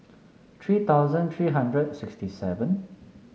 three thousand three hundred sixty seven